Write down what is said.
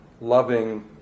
loving